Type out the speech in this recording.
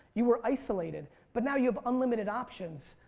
you are isolated but now you have unlimited options.